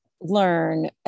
learn